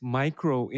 micro